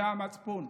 זה המצפון,